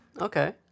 Okay